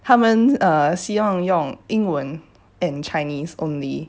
他们希望用英文 and chinese only